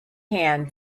hand